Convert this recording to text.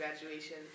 graduation